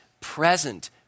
present